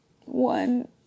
one